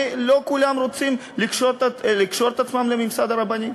כי לא כולם רוצים לקשור את עצמם לממסד הרבני.